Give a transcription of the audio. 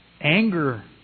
anger